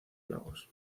lagos